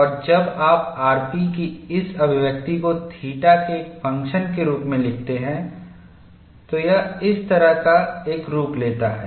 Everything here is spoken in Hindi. और जब आप rp की इस अभिव्यक्ति को थीटा के एक फ़ंक्शनके रूप में लिखते हैं तो यह इस तरह का एक रूप लेता है